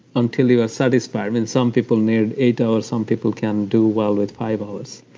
until you are satisfied. and and some people need eight hours. some people can do well with five hours.